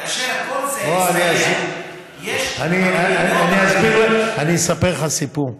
כאשר הכול יסתיים, יש, אני אספר לך סיפור,